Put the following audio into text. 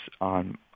on